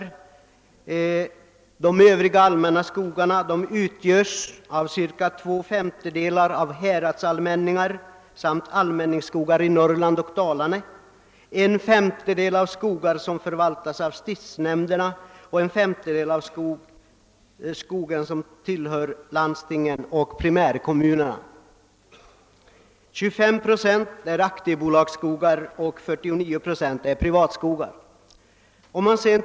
Av dessa »övriga allmänna skogar» utgörs cirka två femtedelar av häradsallmänningar och allmänningsskogar i Norrland och Dalarna, en femtedel av skogar som förvaltas av stiftsnämnderna och en femtedel av skogar som tillhör landsting och primärkommuner. 25 procent är aktiebolagsskogar och 49 procent privatskogar.